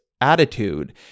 attitude